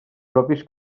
propis